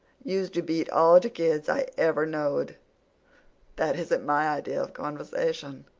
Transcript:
yous do beat all de kids i ever knowed that isn't my idea of conversation.